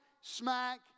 smack